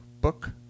book